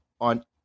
on